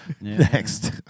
Next